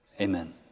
Amen